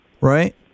right